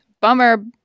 bummer